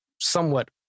somewhat